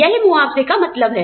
यही मुआवजे का मतलब है